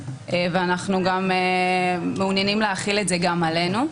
ואנחנו מעוניינים להחיל את זה גם עלינו.